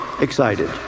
excited